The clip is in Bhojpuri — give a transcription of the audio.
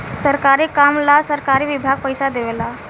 सरकारी काम ला सरकारी विभाग पइसा देवे ला